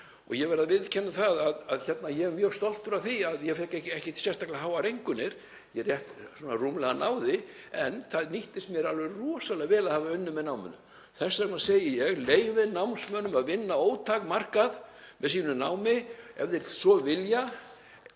Ég verð að viðurkenna að ég er mjög stoltur af því að ég fékk ekkert sérstaklega háar einkunnir, ég rétt rúmlega náði, en það nýttist mér alveg rosalega vel að hafa unnið með náminu. Þess vegna segi ég: Leyfið námsmönnum að vinna ótakmarkað með sínu námi ef þeir svo vilja.